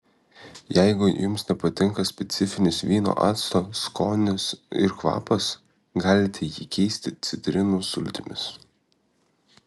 jeigu jums nepatinka specifinis vyno acto skonis ir kvapas galite jį keisti citrinų sultimis